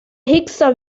hickser